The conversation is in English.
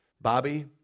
Bobby